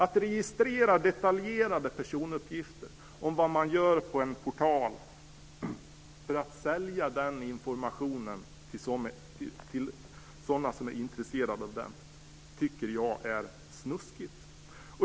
Att man registrerar detaljerade personuppgifter om vad kunder gör på en portal för att sälja den informationen till sådana som är intresserade av den tycker jag är snuskigt.